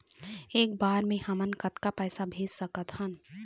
एक बर मे हमन कतका पैसा भेज सकत हन?